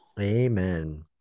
Amen